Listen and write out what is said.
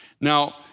Now